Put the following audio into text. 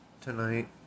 tonight